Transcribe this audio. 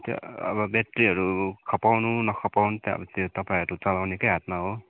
त्यो अब ब्याट्रीहरू खपाउनु नखपाउनु त त्यो अब तपाईँहरू चलाउने कै हातमा हो